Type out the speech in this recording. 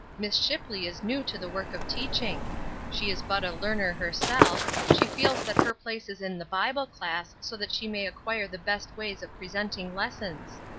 miss shipley is new to the work of teaching she is but a learner herself she feels that her place is in the bible-class, so that she may acquire the best ways of presenting lessons.